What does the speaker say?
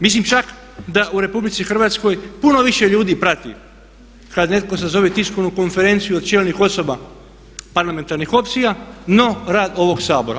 Mislim čak da u RH puno više ljudi prati kad netko sazove tiskovnu konferenciju od čelnih osoba parlamentarnih opcija no rad ovog Sabora.